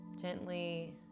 Gently